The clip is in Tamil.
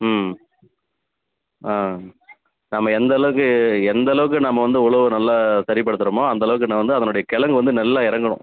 ம் ஆ நம்ம எந்தளவுக்கு எந்தளவுக்கு நம்ம வந்து உழவு நல்லா சரிபடுத்தறோமோ அந்தளவுக்கு நான் வந்து அதனுடைய கெழங்கு வந்து நல்லா இறங்கணும்